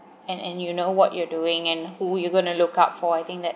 and and you know what you're doing and who you gonna to lookout for I think that